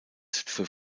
für